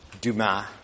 Dumas